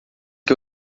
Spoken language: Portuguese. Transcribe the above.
que